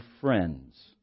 friends